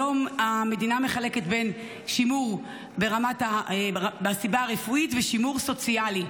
המדינה מחלקת בין שימור מסיבה רפואית לשימור סוציאלי.